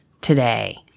today